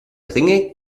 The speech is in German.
ringe